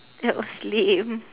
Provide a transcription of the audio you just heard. that was lame